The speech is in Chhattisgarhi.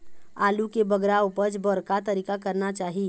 आलू के बगरा उपज बर का तरीका करना चाही?